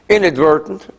inadvertent